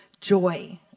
joy